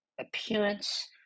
appearance